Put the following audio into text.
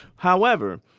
however,